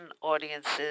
audiences